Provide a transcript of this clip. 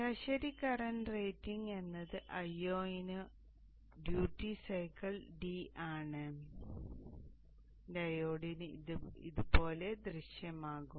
ശരാശരി current rating എന്നത് Io into duty cycle d ആണ് ഡയോഡിന് ഇത് ഇതുപോലെ ദൃശ്യമാകും